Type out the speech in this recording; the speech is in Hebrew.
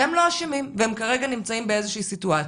כשהם לא אשמים והם כרגע נמצאים באיזה שהיא סיטואציה,